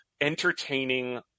entertaining